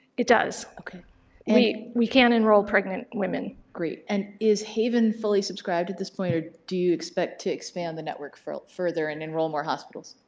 it does, we we can enroll pregnant women. great, and is haven fully subscribed at this point or do you expect to expand the network further further and enroll more hospitals?